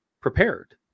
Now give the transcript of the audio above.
prepared